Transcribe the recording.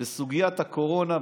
בסוגיית הקורונה,